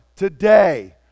Today